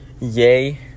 Yay